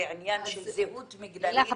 זה עניין של זהות מגדרית --- לילך,